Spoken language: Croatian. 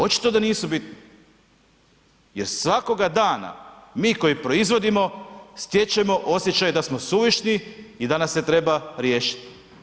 Očito da nisu bitni jer svakoga dana mi koji proizvodimo stječemo osjećaj da smo suvišni i da nas se treba riješiti.